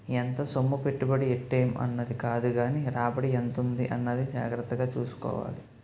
ఎంత సొమ్ము పెట్టుబడి ఎట్టేం అన్నది కాదుగానీ రాబడి ఎంతుంది అన్నది జాగ్రత్తగా సూసుకోవాలి